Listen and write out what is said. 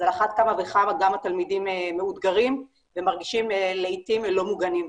אז על אחת כמה וכמה גם התלמידים מאותגרים ומרגישים לעתים לא מוגנים.